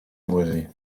boisé